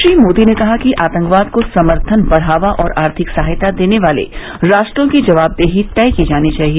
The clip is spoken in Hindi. श्री मोदी ने कहा कि आतंकवाद को समर्थन बढ़ावा और आर्थिक सहायता देने वाले राष्ट्रों की जवाबदेही तय की जानी चाहिए